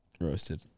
roasted